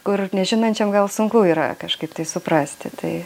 kur nežinančiam gal sunku yra kažkaip tai suprasti tai